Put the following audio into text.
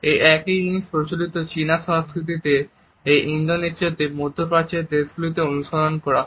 এই একই জিনিস প্রচলিত চিনা সংস্কৃতিতে এবং ইন্দোনেশিয়াতে মধ্যপ্রাচ্যের দেশগুলো অনুসরণ করা হয়